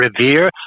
revere